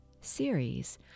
series